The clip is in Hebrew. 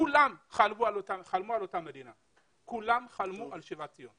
כולם חלמו על אותה מדינה, כולם חלמו על שיבת ציון.